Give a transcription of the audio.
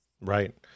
right